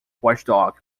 watchdog